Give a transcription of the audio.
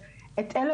אז את אלה